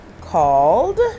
called